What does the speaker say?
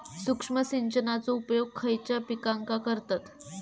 सूक्ष्म सिंचनाचो उपयोग खयच्या पिकांका करतत?